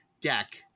deck